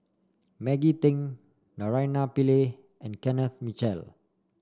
Maggie Teng Naraina Pillai and Kenneth Mitchell